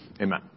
Amen